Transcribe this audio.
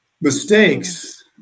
Mistakes